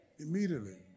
Immediately